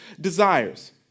desires